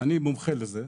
אני מומחה לזה,